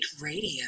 Radio